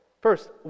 First